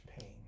pain